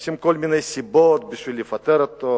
מחפשים כל מיני סיבות לפטר אותו,